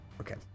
Okay